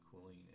cooling